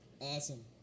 awesome